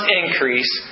increase